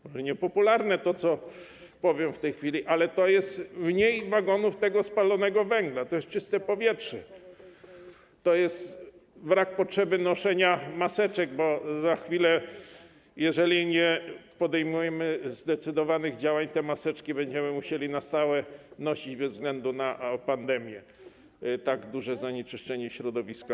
Może niepopularne jest to, co powiem w tej chwili, ale to jest mniej wagonów tego spalonego węgla, to jest czyste powietrze, to jest brak potrzeby noszenia maseczek, bo za chwilę, jeżeli nie podejmiemy zdecydowanych działań, te maseczki będziemy musieli nosić na stałe, bez względu na pandemię, tak duże będzie zanieczyszczenie środowiska.